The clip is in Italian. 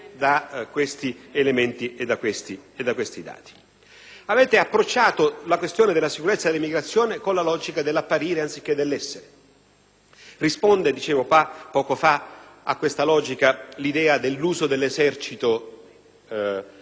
Avete approcciato le questioni della sicurezza e dell'immigrazione con la logica dell'apparire anziché con quella dell'essere. Risponde - dicevo poco fa - a questa logica l'idea dell'uso dell'esercito "a sostegno" delle forze di polizia.